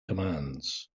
commands